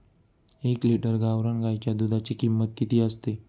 एक लिटर गावरान गाईच्या दुधाची किंमत किती असते?